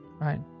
Right